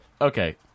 Okay